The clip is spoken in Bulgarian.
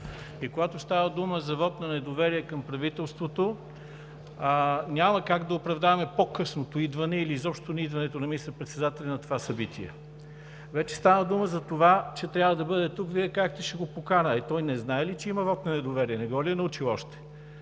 и когато става дума за вот на недоверие към правителството, няма как да оправдаем по-късното идване или изобщо не идването на министър-председателя на това събитие. Вече стана дума за това, че трябва да бъде тук и Вие казахте: „Ще го поканя“. Той не знае ли, че има вот не недоверие? Не го ли е научил още?